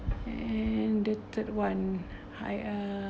and the third [one] high ah